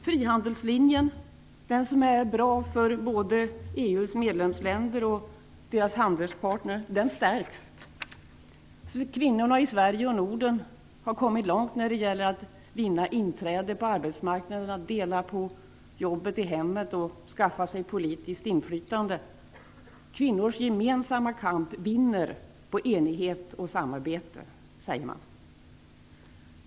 Frihandelslinjen, som är bra för både EU:s medlemsländer och deras handelspartner, stärks. Kvinnorna i Sverige och Norden har kommit långt när det gäller att vinna inträde på arbetsmarknaden, att dela på jobbet i hemmet och att skaffa sig politiskt inflytande. Kvinnors gemensamma kamp vinner på enighet och samarbete, säger man.